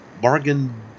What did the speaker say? bargain